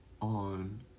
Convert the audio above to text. on